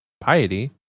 piety